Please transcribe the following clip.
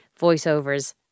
voiceovers